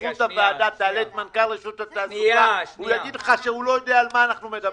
הוא יגיד לך שהוא לא יודע על מה אנחנו מדברים.